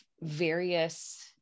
various